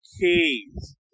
Keys